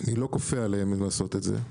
אני לא כופה עליהם לעשות את זה.